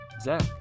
Zach